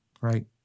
right